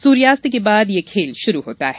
सूर्यास्त के बाद ये खेल शुरू होता है